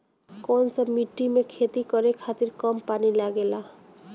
कौन सा मिट्टी में खेती करे खातिर कम पानी लागेला?